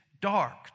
dark